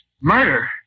Murder